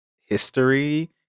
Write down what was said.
history